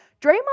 Draymond